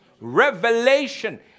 revelation